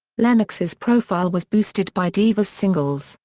lennox's profile was boosted by diva's singles,